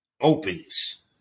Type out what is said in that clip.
openness